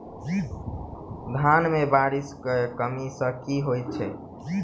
धान मे बारिश केँ कमी सँ की होइ छै?